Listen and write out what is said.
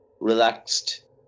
relaxed